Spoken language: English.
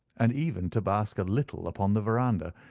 and even to bask a little upon the verandah,